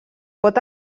pot